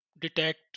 detect